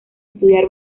estudiar